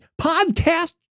podcast